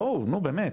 בואו, נו באמת.